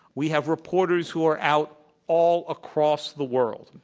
we have reporters who are out all across the world.